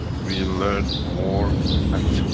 we learn more facts,